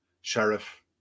Sheriff